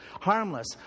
harmless